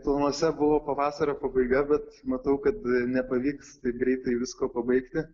planuose buvo pavasario pabaiga bet matau kad nepavyks taip greitai visko pabaigti